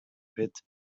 pit